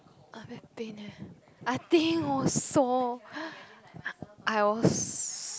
I very pain leh I think also I was